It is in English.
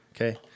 okay